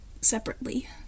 separately